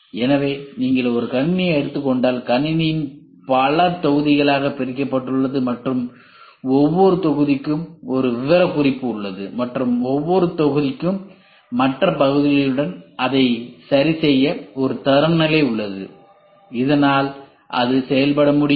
எனவே நீங்கள் ஒரு கணினியை எடுத்துக் கொண்டால் கணினி பல தொகுதிகளாக பிரிக்கப்பட்டுள்ளது மற்றும் ஒவ்வொரு தொகுதிக்கும் ஒரு விவரக்குறிப்பு உள்ளது மற்றும் ஒவ்வொரு தொகுதிக்கும் மற்ற பகுதிகளுடன் அதை சரிசெய்ய ஒரு தரநிலை உள்ளது இதனால் அது செயல்பட முடியும்